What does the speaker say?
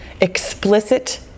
explicit